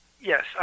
Yes